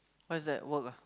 what is that work ah